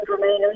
Remainers